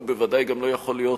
הוא בוודאי גם לא יכול להיות